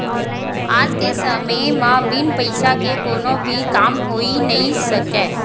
आज के समे म बिन पइसा के कोनो भी काम होइ नइ सकय